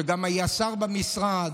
שגם היה שר במשרד,